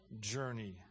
journey